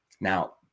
Now